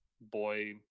boy